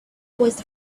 caused